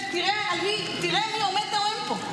תראה מי עומד פה.